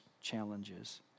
challenges